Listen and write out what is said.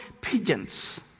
pigeons